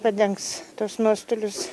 padengs tuos nuostolius